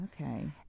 Okay